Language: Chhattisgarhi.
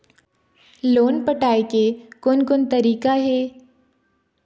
लोन पटाए के कोन कोन तरीका हे?